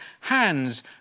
hands